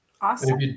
awesome